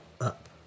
up